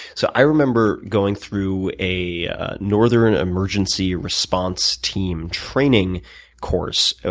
so i remember going through a northern emergency response team training course,